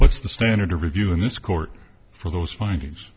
what's the standard of review in this court for those findings